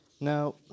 Now